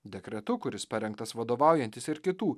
dekretu kuris parengtas vadovaujantis ir kitų